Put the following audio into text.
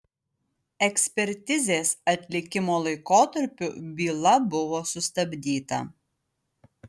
ekspertizės atlikimo laikotarpiu byla buvo sustabdyta